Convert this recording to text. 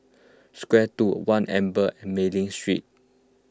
square two one Amber and Mei Ling Street